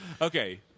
Okay